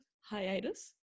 hiatus